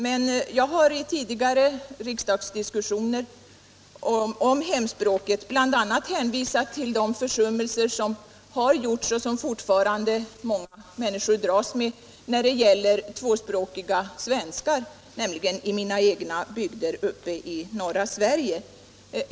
Men jag har i tidigare riksdagsdiskussioner om hemspråken bl.a. hänvisat till de försummelser som har gjorts och som fortfarande många människor dras med när det gäller tvåspråkiga svenskar, nämligen i mina egna bygder i norra Sverige.